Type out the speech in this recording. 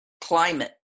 climate